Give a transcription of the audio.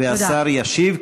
והשר ישיב,